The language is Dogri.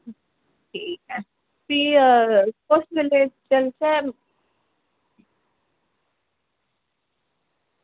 ठीक ऐ भी कुस बेल्लै चलचै